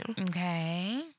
Okay